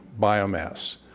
biomass